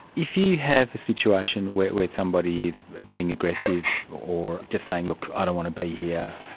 if you have a situation where where somebody is being aggressive or just saying, look, i don't want to be here,